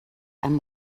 einem